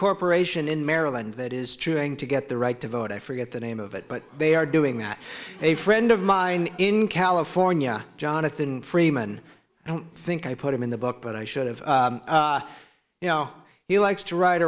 corporation in maryland that is true ing to get the right to vote i forget the name of it but they are doing that a friend of mine in california jonathan freeman i don't think i put him in the book but i should have you know he likes to ride